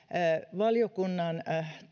valiokunnan